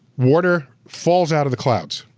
water falls out of the clouds,